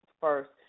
first